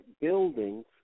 buildings